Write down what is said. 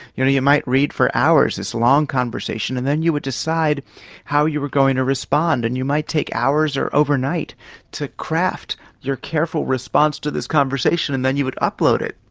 you might read for hours this long conversation, and then you would decide how you were going to respond and you might take hours or overnight to craft your careful response to this conversation and then you would upload it.